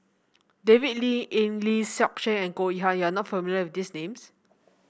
David Lee Eng Lee Seok Chee and Goh Yihan you are not familiar with these names